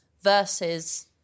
versus